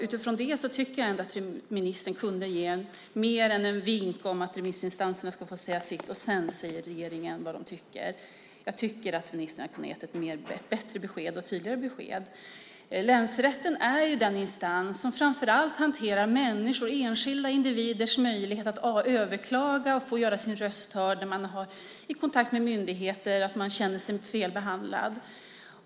Utifrån det tycker jag att ministern kunde ge mer än en vink om att remissinstanserna ska få säga sitt och att regeringen därefter säger vad de tycker. Ministern kunde ha gett ett bättre och tydligare besked. Länsrätten är den instans som framför allt hanterar människors, enskilda individers, möjlighet att överklaga och göra sin röst hörd när de i kontakt med myndigheter känner sig felbehandlade.